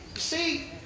see